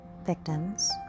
victims